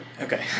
Okay